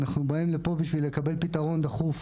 אנחנו באים לפה בשביל לקבל פתרון דחוף.